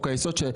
כאן.